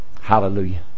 Hallelujah